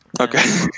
okay